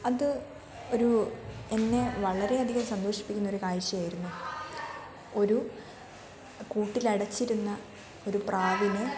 അത് ഒരു എന്നെ വളരെ അധികം സന്തോഷിപ്പിക്കുന്ന ഒരു കാഴ്ചയായിരുന്നു ഒരു കൂട്ടിലടച്ചിരുന്ന ഒരു പ്രാവിനെ